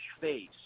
face